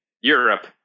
Europe